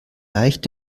leicht